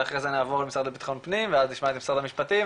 ואחרי זה נעבור למשרד לביטחון פנים ואז נמצא את משרד המשפטים,